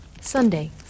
Sunday